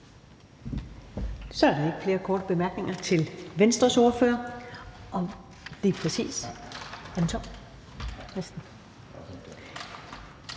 Så er der ikke flere korte bemærkninger til Nye Borgerliges ordfører,